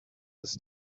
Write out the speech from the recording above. this